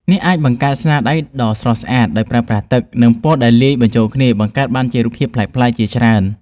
អ្នកអាចបង្កើតស្នាដៃដ៏ស្រស់ស្អាតដោយប្រើប្រាស់ទឹក និង ពណ៌ដែលលាយបញ្ចូលគ្នាបង្កើតបានជារូបភាពប្លែកៗជាច្រើន។